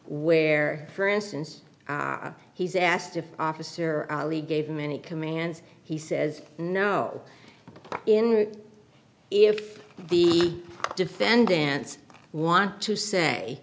where for instance he's asked if officer ali gave them any commands he says no in if the defendants want to say